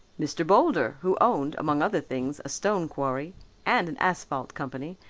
mr. boulder, who owned, among other things, a stone quarry and an asphalt company,